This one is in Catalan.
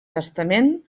testament